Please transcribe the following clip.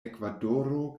ekvadoro